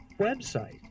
website